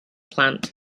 plant